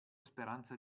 speranza